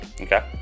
Okay